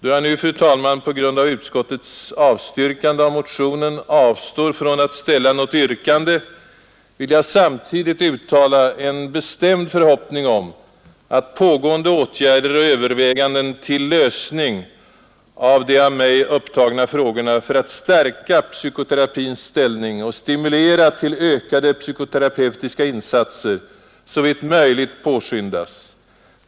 Då jag nu, fru talman, på grund av utskottets avstyrkande av motionen, avstår från att ställa något yrkande, vill jag använda tillfället att samtidigt uttala en bestämd förhoppning om att pågående åtgärder och överväganden till lösning av de av mig upptagna frågorna med syfte att stärka psykoterapins ställning och stimulera till ökade psykoterapeutiska insatser såvitt möjligt påskyndas.